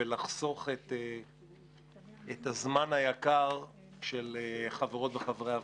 ולחסוך את הזמן היקר של חברי וחברות הוועדה.